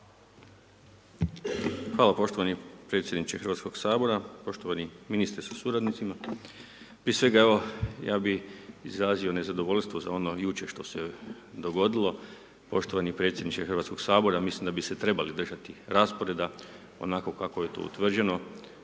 Hvala poštovani predsjedniče Hrvatskog sabora, poštovani ministre sa suradnicima. Prije svega, evo, ja bi izrazio nezadovoljstvo za ono jučer što se dogodilo, poštovani predsjedniče Hrvatskog sabora, mislim da bi se trebali držati rasporeda, onako kako je to utvrđeno,